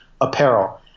apparel